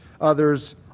others